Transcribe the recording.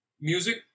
Music